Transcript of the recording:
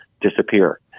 disappear